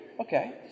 Okay